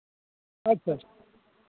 ᱟᱪᱪᱷᱟ